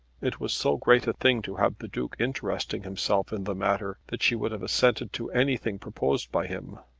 it was so great a thing to have the duke interesting himself in the matter, that she would have assented to anything proposed by him.